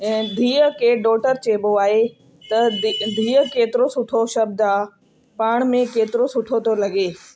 धीउ खे डॉटर चइॿो आहे त द धीउ केतिरो सुठो शब्द आहे पाण में केतिरो सुठो थो लॻे